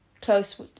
close